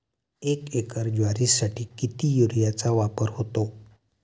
एक एकर ज्वारीसाठी किती युरियाचा वापर होतो?